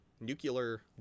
nuclear